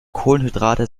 kohlenhydrate